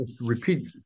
repeat